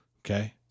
Okay